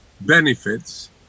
benefits